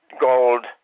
gold